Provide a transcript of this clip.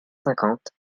cinquante